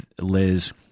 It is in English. Liz